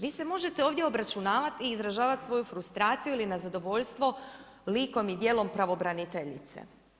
Vi se možete ovdje obračunavati i izražavati svoju frustraciju ili nezadovoljstvo likom i dijelom pravobraniteljice.